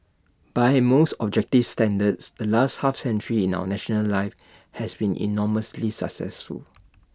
by most objective standards the last half century in our national life has been enormously successful